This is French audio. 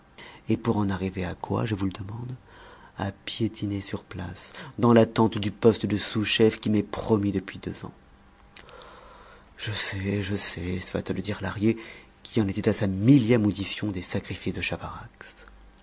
et pour en arriver à quoi je vous le demande à piétiner sur place dans l'attente du poste de sous-chef qui m'est promis depuis deux ans je sais je sais se hâta de dire lahrier qui en était à sa millième audition des sacrifices de